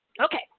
Okay